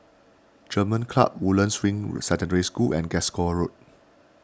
German Club Woodlands Ring Secondary School and Glasgow Road